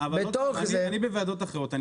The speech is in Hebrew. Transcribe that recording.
אני בוועדות אחרות,